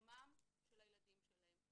לשלום הילדים שלהם.